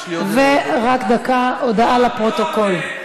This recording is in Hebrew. הודעה לפרוטוקול.